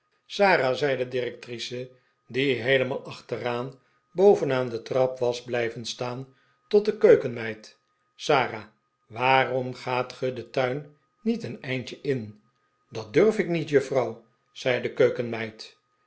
sara zei de directrice die heelemaal achteraan boven aan de trap was blijven staan tot de keukenmeid sara waarom gaat ge den tuin niet een eindje in dat durf ik niet juffrouw zei de keukenmeid